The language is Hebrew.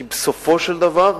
כי בסופו של דבר,